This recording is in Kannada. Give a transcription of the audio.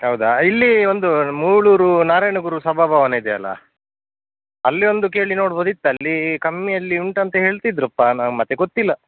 ಹೌದಾ ಇಲ್ಲಿ ಒಂದು ಮುಳೂರು ನಾರಾಯಣ ಗುರು ಸಭಾಭವನ ಇದೆಯಲ್ಲ ಅಲ್ಲಿ ಒಂದು ಕೇಳಿ ನೋಡ್ಬೋದಿತ್ತು ಅಲ್ಲಿ ಕಮ್ಮಿಯಲ್ಲಿ ಉಂಟಂತೆ ಹೇಳ್ತಿದ್ರಪ್ಪ ನಾ ಮತ್ತೆ ಗೊತ್ತಿಲ್ಲ